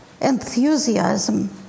enthusiasm